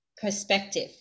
perspective